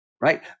Right